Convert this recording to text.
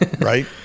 right